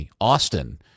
Austin